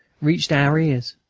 reached our ears.